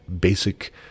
basic